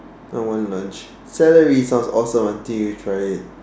I want lunch celery sounds awesome until you try it